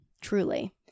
truly